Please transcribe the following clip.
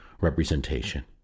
representation